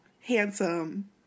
handsome